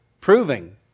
proving